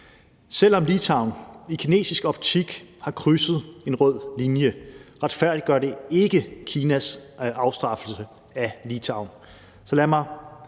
Selv om Litauen i kinesisk optik har krydset en rød linje, retfærdiggør det ikke Kinas afstraffelse af Litauen,